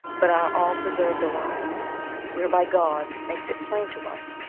but are all preserved alive whereby god makes it plain to us,